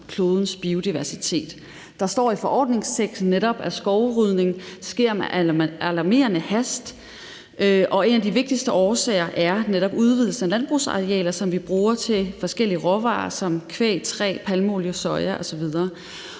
klodens biodiversitet. Der står i forordningsteksten netop, at skovrydning sker med alarmerende hast. En af de vigtigste årsager er nemlig udvidelse af landbrugsarealer, som vi bruger til forskellige råvarer som kvæg, træ, palmeolie, soja osv.